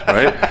Right